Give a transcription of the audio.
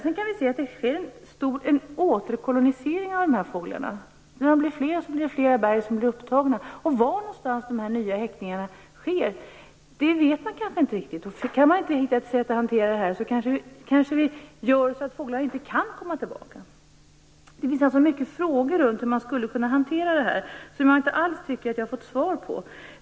Sedan kan vi se att det finns en återkolonisering av dessa fåglar. När de blir fler så blir fler berg upptagna. Var det sker nya häckningar vet vi inte riktigt. Om vi inte kan hitta sätt att hantera detta, kanske vi gör så att fåglarna inte kan komma tillbaka. Det finns alltså många frågor omkring hur man skulle kunna hantera detta som jag inte tycker att jag har fått svar på.